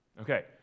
Okay